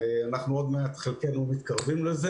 חלקנו מתקרבים לזה